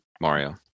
Mario